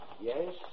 Yes